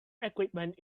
equipment